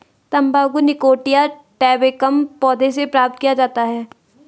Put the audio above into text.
तंबाकू निकोटिया टैबेकम पौधे से प्राप्त किया जाता है